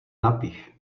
napiš